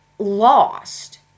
lost